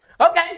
Okay